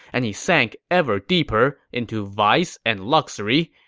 and he sank ever deeper into vice and luxury,